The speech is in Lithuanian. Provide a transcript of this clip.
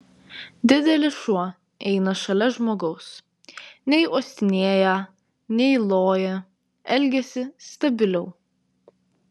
didelis šuo eina šalia žmogaus nei uostinėją nei loja elgiasi stabiliau